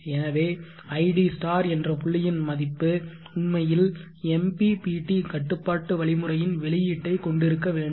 எனவே id என்ற புள்ளியின் மதிப்பு உண்மையில் MPPT கட்டுப்பாட்டு வழிமுறையின் வெளியீட்டைக் கொண்டிருக்க வேண்டும்